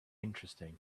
interesting